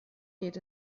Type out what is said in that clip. geht